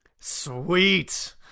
Sweet